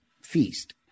feast